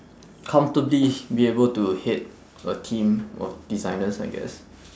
comfortably be able to head a team of designers I guess